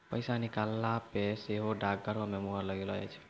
पैसा निकालला पे सेहो डाकघरो के मुहर लगैलो जाय छै